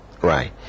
Right